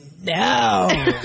no